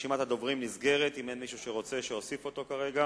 רשימת הדוברים נסגרת אם אין מישהו שרוצה שאוסיף אותו כרגע.